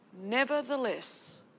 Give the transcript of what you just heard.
nevertheless